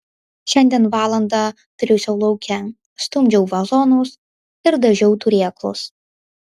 šiandien valandą triūsiau lauke stumdžiau vazonus ir dažiau turėklus